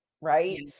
Right